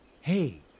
hey